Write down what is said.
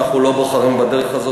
ואנחנו לא בוחרים בדרך הזאת,